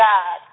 God